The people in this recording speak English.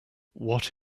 what